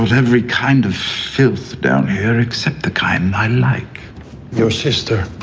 every kind of filth down here except the kind. i like your sister.